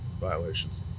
violations